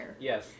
Yes